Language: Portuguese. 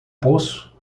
poço